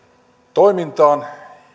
toimintaan